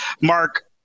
Mark